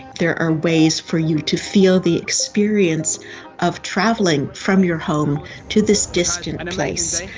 there are ways for you to feel the experience of travelling from your home to this distant place.